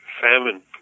famine